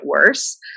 worse